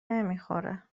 نمیخوره